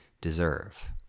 deserve